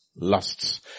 lusts